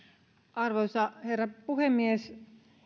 arvoisa herra puhemies